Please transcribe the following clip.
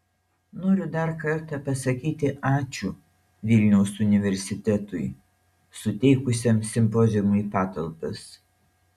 noriu dar kartą pasakyti ačiū vilniaus universitetui suteikusiam simpoziumui patalpas